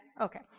Okay